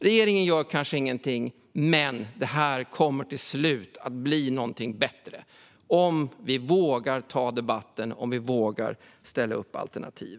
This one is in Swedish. Regeringen gör kanske ingenting, men till slut blir det bättre om vi vågar ta debatten och ställa upp alternativ.